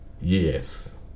Yes